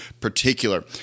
particular